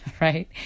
right